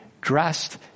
dressed